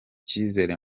cyizere